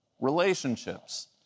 relationships